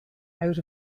out